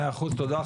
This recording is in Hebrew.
מאה אחוז, תודה.